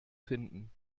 finden